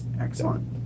Excellent